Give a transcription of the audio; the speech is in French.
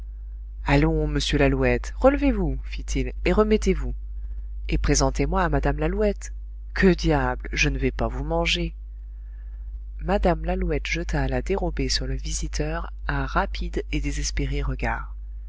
allons monsieur lalouette relevez-vous fit-il et remettez-vous et présentez-moi à mme lalouette que diable je ne vais pas vous manger mme lalouette jeta à la dérobée sur le visiteur un rapide et désespéré regard